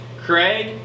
Craig